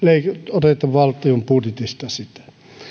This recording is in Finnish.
oteta valtion budjetista sitä